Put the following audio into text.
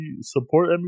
support